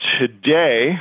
Today